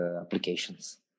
applications